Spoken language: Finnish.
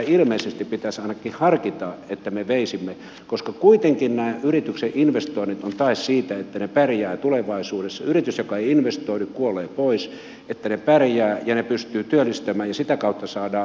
ilmeisesti pitäisi ainakin harkita että tähän suuntaan me sitä veisimme koska kuitenkin nämä yrityksen investoinnit ovat tae siitä että ne pärjäävät tulevaisuudessa yritys joka ei investoi kuolee pois ja pystyvät työllistämään ja sitä kautta saadaan verotuloja